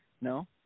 No